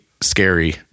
scary